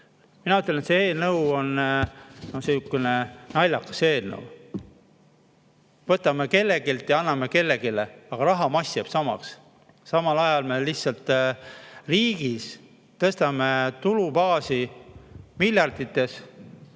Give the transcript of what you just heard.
Mina ütlen, et see eelnõu on sihukene naljakas eelnõu. Võtame kelleltki ja anname kellelegi, aga rahamass jääb samaks. Samal ajal me lihtsalt riigis tõstame tulubaasi miljardites,